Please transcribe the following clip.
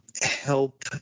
help